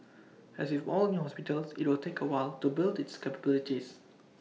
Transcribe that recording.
as with all new hospitals IT will take A while to build its capabilities